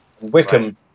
Wickham